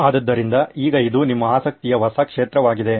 ಆದ್ದರಿಂದ ಈಗ ಇದು ನಿಮ್ಮ ಆಸಕ್ತಿಯ ಹೊಸ ಕ್ಷೇತ್ರವಾಗಿದೆ